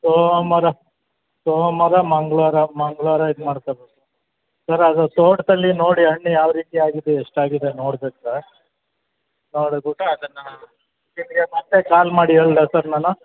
ಸೋಮವಾರ ಸೋಮವಾರ ಮಂಗಳ್ವಾರ ಮಂಗಳ್ವಾರ ಇದು ಮಾಡ್ಕಬೇಕು ಸರ್ ಅದು ತೋಟದಲ್ಲಿ ನೋಡಿ ಹಣ್ಣು ಯಾವ ರೀತಿ ಆಗಿದೆ ಎಷ್ಟಾಗಿದೆ ನೋಡ್ಬೇಕು ಸಾರ್ ನೋಡ್ಬಿಟ್ಟು ಅದನ್ನು ನಿಮಗೆ ಮತ್ತೆ ಕಾಲ್ ಮಾಡಿ ಹೇಳಲಾ ಸರ್ ನಾನು